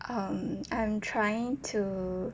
um I'm trying to